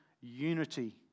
unity